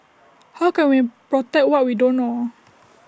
how can we protect what we don't know